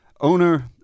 owner